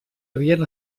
havien